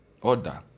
Order